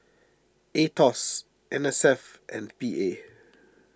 Aetos N S F and P A